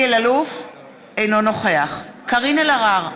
אינו נוכח קארין אלהרר,